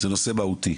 זה נושא מהותי.